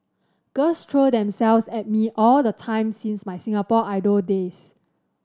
girls throw themselves at me all the time since my Singapore Idol days